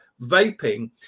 vaping